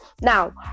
Now